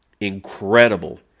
incredible